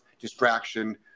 distraction